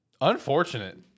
unfortunate